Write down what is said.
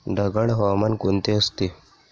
ढगाळ हवामान कोणते असते?